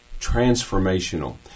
transformational